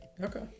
Okay